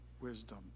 wisdom